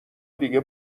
دیگه